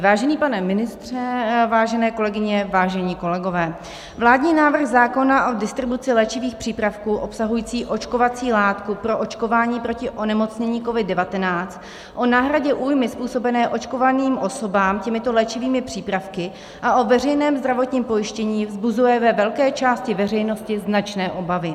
Vážený pane ministře, vážené kolegyně, vážení kolegové, vládní návrh zákona o distribuci léčivých přípravků obsahujících očkovací látku pro očkování proti onemocnění COVID 19, o náhradě újmy způsobené očkovaným osobám těmito léčivými přípravky a o veřejném zdravotním pojištění vzbuzuje u velké části veřejnosti značné obavy.